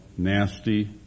Nasty